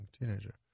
teenager